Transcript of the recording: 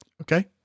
okay